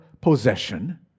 possession